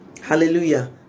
hallelujah